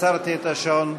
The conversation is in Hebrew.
עצרתי את השעון.